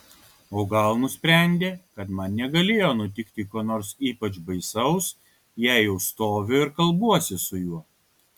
o gal nusprendė kad man negalėjo nutikti ko nors ypač baisaus jei jau stoviu ir kalbuosi su juo